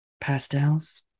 Pastels